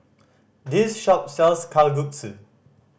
this shop sells Kalguksu